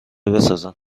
بسازند